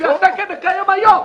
לפי התקן הקיים היום.